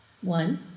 One